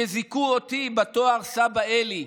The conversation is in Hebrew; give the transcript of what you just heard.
שזיכו אותי בתואר סבא אלי,